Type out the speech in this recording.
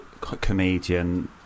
comedian